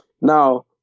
now